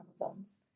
chromosomes